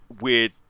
weird